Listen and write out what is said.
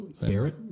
Barrett